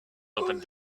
opened